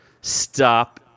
Stop